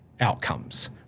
outcomes